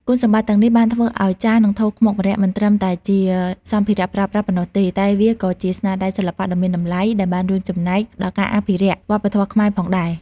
គុណសម្បត្តិទាំងនេះបានធ្វើឱ្យចាន និងថូខ្មុកម្រ័ក្សណ៍មិនត្រឹមតែជាសម្ភារៈប្រើប្រាស់ប៉ុណ្ណោះទេ តែវាក៏ជាស្នាដៃសិល្បៈដ៏មានតម្លៃដែលបានរួមចំណែកដល់ការអភិរក្សវប្បធម៌ខ្មែរផងដែរ។